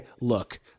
look